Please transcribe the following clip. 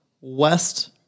West